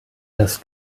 dass